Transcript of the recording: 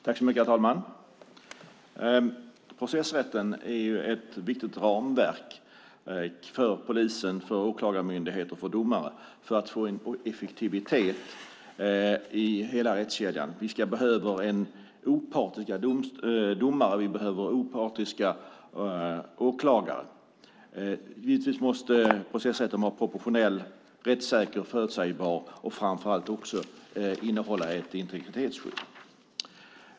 Herr talman! Processrätten är ett viktigt ramverk för polis, åklagarmyndighet och domare för att få effektivitet i hela rättskedjan. Vi behöver opartiska domare och åklagare. Givetvis måste processrätten vara proportionell, rättssäker, förutsägbar och framför allt innehålla ett integritetsskydd.